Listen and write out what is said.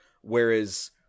Whereas